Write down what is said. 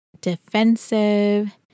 defensive